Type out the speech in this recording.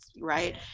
right